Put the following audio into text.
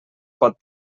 pot